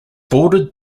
bordered